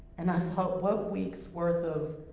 and i thought, what week's worth of,